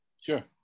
sure